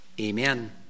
Amen